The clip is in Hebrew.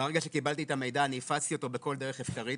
ברגע שקיבלתי את המידע אני הפצתי אותו בכל דרך אפשרית.